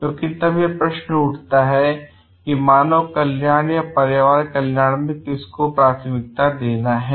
क्योंकि तब यह प्रश्न उठता है कि मानव कल्याण या पर्यावरण कल्याण इनमें से किसको प्राथमिकता देना है